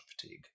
fatigue